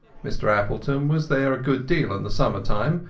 mr appleton was there a good deal in the summer time,